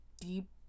deep